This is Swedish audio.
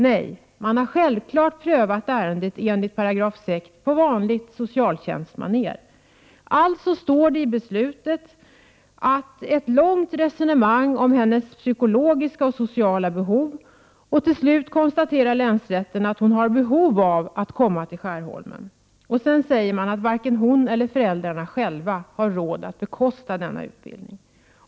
Nej, man har självfallet prövat ärendet enligt 6 § socialtjänstlagen på vanligt ”socialtjänstmanér”. Således finns det i beslutet ett långt resonemang om flickans psykologiska och sociala behov. Slutligen konstaterar länsrätten att flickan har behov av att få komma till Skärholmen. Sedan säger man att varken flickan eller hennes föräldrar har råd att bekosta utbildningen.